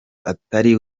atari